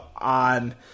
on